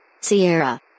Sierra